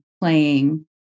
playing